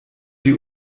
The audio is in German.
die